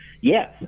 yes